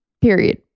Period